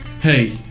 Hey